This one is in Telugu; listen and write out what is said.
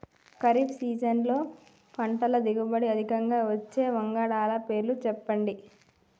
ఖరీఫ్ సీజన్లో పంటల దిగుబడి అధికంగా వచ్చే వంగడాల పేర్లు చెప్పండి?